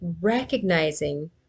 recognizing